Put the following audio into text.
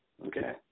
Okay